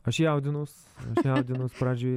aš jaudinaus aš jaudinaus pradžioj